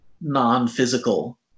non-physical